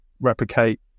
replicate